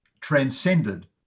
transcended